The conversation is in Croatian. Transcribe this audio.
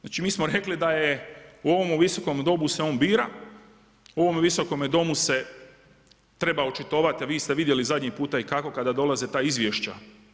Znači mi smo rekli da je u ovom Visokom domu se on bira, u ovome Visokome domu se treba očitovati, a vi ste vidjeli zadnji puta i kako kada dolaze ta izvješća.